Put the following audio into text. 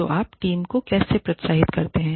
तो आप टीम को कैसे प्रोत्साहित करते हैं